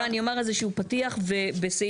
נגמרו איזונים; היא צודקת.